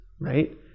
right